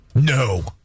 No